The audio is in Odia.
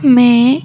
ଆମେ